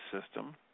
system